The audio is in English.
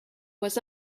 was